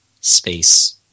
space